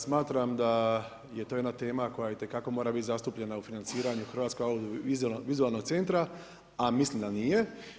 Smatram da je to jedna tema koja itekako mora bit zastupljena u financiranju Hrvatskog audiovizualnog centra, a mislim da nije.